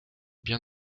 bien